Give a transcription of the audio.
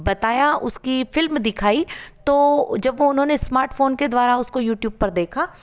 बताया उसकी फ़िल्म दिखाई तो जब वो उन्होंने एस्मार्टफोन के द्वारा उसको यूट्यूब पर देखा